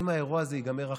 אם האירוע הזה ייגמר אחרת,